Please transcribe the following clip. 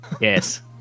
Yes